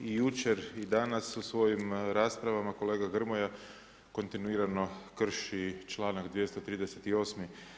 Jučer i danas u svojim raspravama kolega Grmoja kontinuirano krši članak 238.